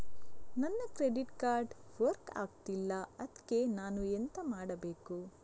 ನನ್ನ credit card work ಆಗ್ತಿಲ್ಲ ಅದ್ಕೆ ನಾನು ಎಂತ ಮಾಡಬೇಕು?